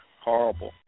horrible